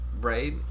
right